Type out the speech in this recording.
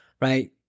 right